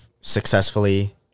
successfully